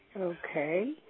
Okay